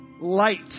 light